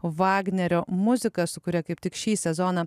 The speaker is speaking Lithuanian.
vagnerio muzika sukuria kaip tik šį sezoną